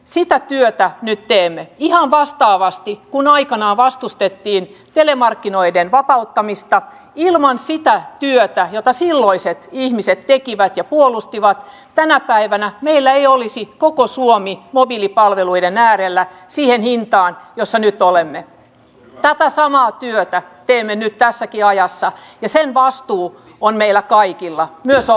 sitä työtä mitä teemme ihan vastaavasti kun aikanaan vastustettiin telemarkkinoiden vapauttamista ilman sitä työtä jota silloiset ihmiset tekivät ja puolustivat tänä päivänä meillä ei olisi koko suomi mobiilipalveluiden äärellä siihen hintaan jossa nyt olemme tätä samaa työtä teemme niittasi jo ajassa ja sen vastuu on meillä kaikilla jossa